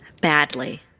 badly